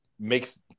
makes